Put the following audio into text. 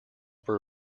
were